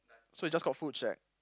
so it just called food shack